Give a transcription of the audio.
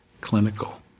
clinical